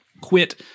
quit